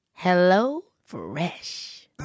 HelloFresh